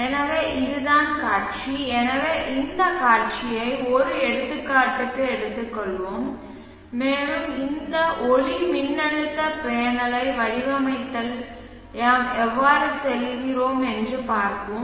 எனவே இதுதான் காட்சி எனவே இந்த காட்சியை ஒரு எடுத்துக்காட்டுக்கு எடுத்துக்கொள்வோம் மேலும் இந்த ஒளிமின்னழுத்த பேனலை வடிவமைப்பதில் நாம் எவ்வாறு செல்கிறோம் என்று பார்ப்போம்